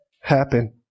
happen